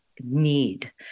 need